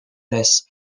this